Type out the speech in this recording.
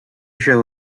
show